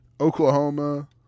Oklahoma